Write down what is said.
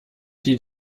die